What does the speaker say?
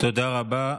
תודה רבה.